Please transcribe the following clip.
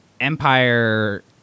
Empire